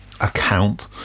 account